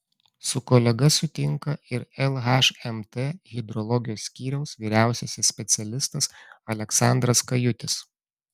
su kolega sutinka ir lhmt hidrologijos skyriaus vyriausiasis specialistas aleksandras kajutis